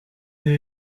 des